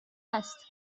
است